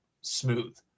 smooth